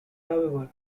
however